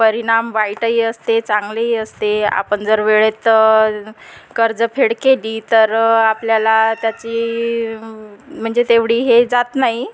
परिणाम वाईटही असते चांगलेही असते आपण जर वेळेत कर्जफेड केली तर आपल्याला त्याची म्हणजे तेवढी हे जात नाही